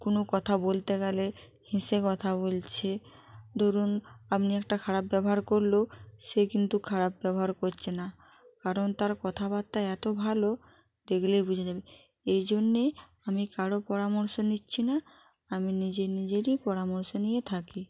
কোনো কথা বলতে গেলে হেসে কথা বলছে ধরুন আপনি একটা খারাপ ব্যবহার করলেও সে কিন্ত খারাপ ব্যবহার করছে না কারণ তার কথাবার্তা এতো ভালো দেখলেই বোঝা যাবে এই জন্যে আমি কারো পরামর্শ নিচ্ছি না আমি নিজে নিজেরই পরামর্শ নিয়ে থাকি